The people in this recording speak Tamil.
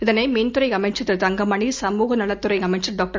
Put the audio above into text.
இதனைமின்துறைஅமைச்சர் தங்கமணி சமூகநலத்துறைஅமைச்சர் டாக்டர்